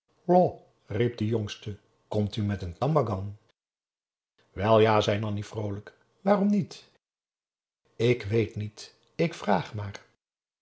riep de jongste komt u met een tambangan wel ja zei nanni vroolijk waarom niet ik weet niet ik vraag maar